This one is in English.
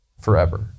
forever